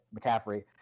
McCaffrey